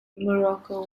morocco